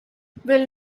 will